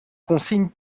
consigne